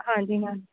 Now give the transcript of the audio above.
ਹਾਂਜੀ ਹਾਂ